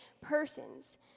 persons